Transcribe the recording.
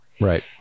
Right